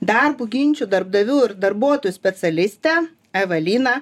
darbo ginčių darbdavių ir darbuotojų specialistė evelina